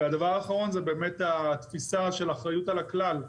הדבר האחרון זו התפיסה של אחריות על הכלל.